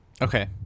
Okay